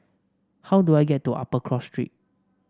how do I get to Upper Cross Street